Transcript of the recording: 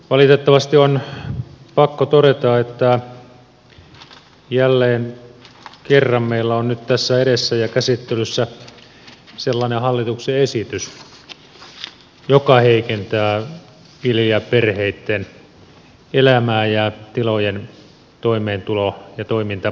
valitettavasti on pakko todeta että jälleen kerran meillä on nyt tässä edessä ja käsittelyssä sellainen hallituksen esitys joka heikentää viljelijäperheitten elämää ja tilojen toimeentulo ja toimintaedellytyksiä